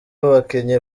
bakinyi